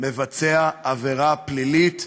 מבצע עבירה פלילית,